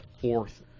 fourth